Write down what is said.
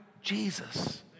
Jesus